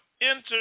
enter